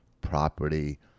Property